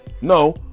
no